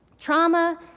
trauma